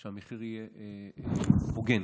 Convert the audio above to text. שהמחיר יהיה הוגן.